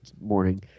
morning